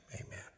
amen